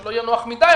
שלא יהיה נוח מדי,